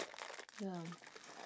ya